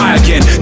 again